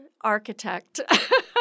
architect